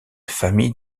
famille